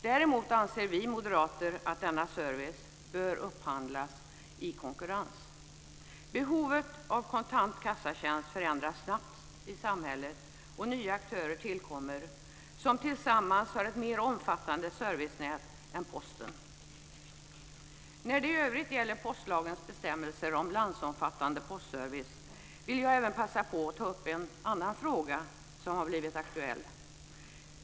Däremot anser vi moderater att denna service bör upphandlas i konkurrens. Behovet av kontant kassatjänst förändras snabbt i samhället, och nya aktörer tillkommer som tillsammans har ett mer omfattande servicenät än Posten. När det i övrigt gäller postlagens bestämmelser om landsomfattande postservice vill jag även passa på att ta upp en annan fråga som har blivit aktuell.